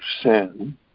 sin